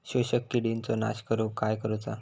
शोषक किडींचो नाश करूक काय करुचा?